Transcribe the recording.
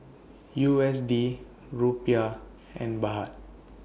U S D Rupiah and Baht